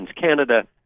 canada